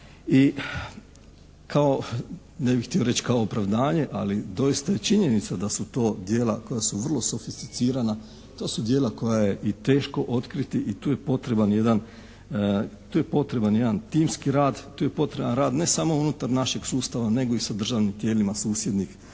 I kao ne bih htio reći kao opravdanje ali doista je činjenica da su to djela koja su vrlo sofisticirana. To su djela koja je i teško otkriti i tu je potreban jedan timski rad, tu je potreban rad ne samo unutar našeg sustava nego i sa državnim tijelima susjednih